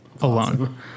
alone